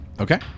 Okay